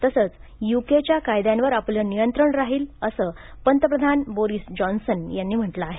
तसंच युकेच्या कायद्यांवर आपलं नियंत्रण राहील असं पंतप्रधान बोरीस जॉन्सन यांनी म्हटलं आहे